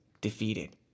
defeated